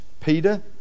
Peter